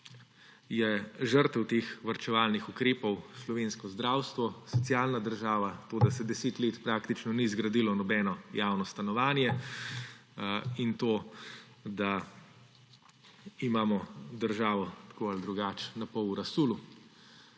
je žrtev teh varčevalnih ukrepov slovensko zdravstvo, socialna država, to, da se 10 let praktično ni zgradilo nobeno javno stanovanje, in to, da imamo državo tako ali drugače napol v razsulu.